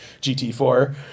GT4